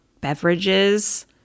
beverages